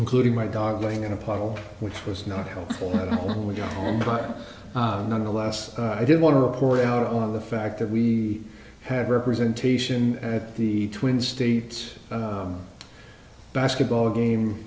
including my dog lying in a puddle which was not helpful when you're home but nonetheless i did want to report out on the fact that we have representation at the twin states basketball game